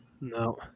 No